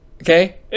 Okay